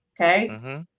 okay